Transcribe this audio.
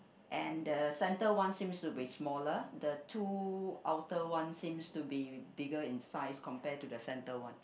and the center one seems to be smaller the two outer ones seems to be bigger in size compare to the center one